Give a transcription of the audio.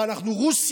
מה, אנחנו רוסיה?